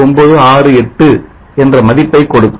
9968 என்ற மதிப்பை கொடுக்கும்